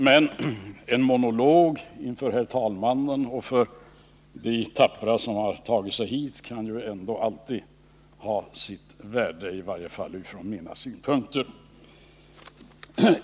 Men en monolog inför herr talmannen och de tappra som har tagit sig hit kan ändå alltid ha sitt värde, i varje fall från mina synpunkter.